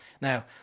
now